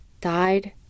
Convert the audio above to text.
died